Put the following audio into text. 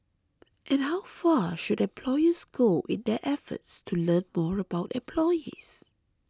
and how far should employers go in their efforts to learn more about employees